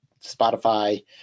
Spotify